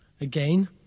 Again